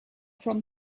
from